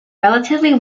relatively